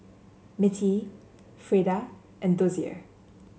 Mittie Freida and Dozier